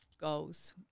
goals